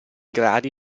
gradi